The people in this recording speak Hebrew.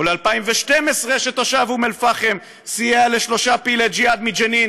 וב-2012 תושב אום אלפחם סייע לשלושה פעילי ג'יהאד מג'נין